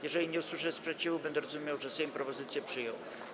Jeżeli nie usłyszę sprzeciwu, będę rozumiał, że Sejm propozycję przyjął.